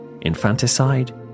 infanticide